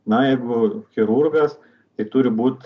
na jeigu chirurgas tai turi būt